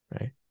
Right